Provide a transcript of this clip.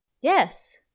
Yes